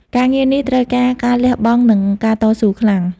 ការងារនេះត្រូវការការលះបង់និងការតស៊ូខ្លាំង។